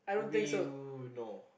we no